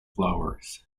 flowers